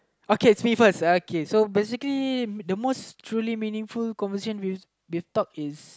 okay it's me first okay so basically the most truly meaningful conversation we've we've talked is